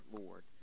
Lord